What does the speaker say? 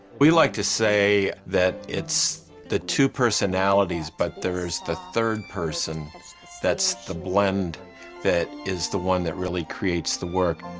we like to say that it's the two personalities, but there's the third person that's the blend that is the one that really creates the work.